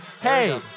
hey